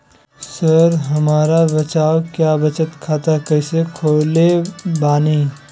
Sir हमरा बताओ क्या बचत खाता कैसे खोले बानी?